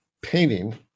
painting